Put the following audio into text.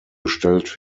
gestellt